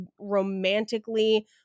romantically